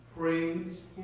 Praise